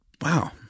wow